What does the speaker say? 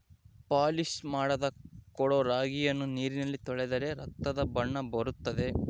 polish ಮಾಡದ ಕೊಡೊ ರಾಗಿಯನ್ನು ನೀರಿನಲ್ಲಿ ತೊಳೆದರೆ ರಕ್ತದ ಬಣ್ಣ ಬರುತ್ತದೆ